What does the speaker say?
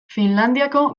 finlandiako